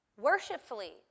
worshipfully